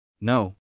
No